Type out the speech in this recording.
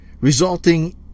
resulting